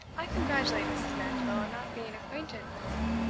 i congratulate mrs. mandeville on not being acquainted with her.